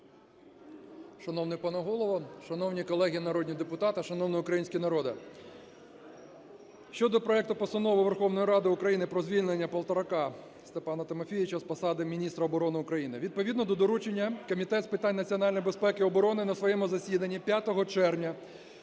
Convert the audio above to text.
Шановний пане Голово, шановні колеги народні депутати, шановний український народе! Щодо проекту Постанови Верховної Ради України про звільнення Полторака Степана Тимофійовича з посади міністра оборони України. Відповідно до доручення Комітет з питань національної безпеки і оборони на своєму засіданні 5 червня